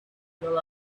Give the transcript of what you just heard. girl